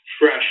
fresh